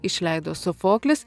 išleido sofoklis